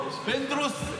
אלמוג,